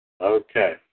okay